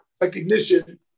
recognition